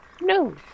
No